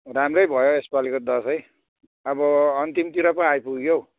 राम्रै भयो यसपालिको दसैँ अब अन्तिमतिर पो आइपुग्यो हौ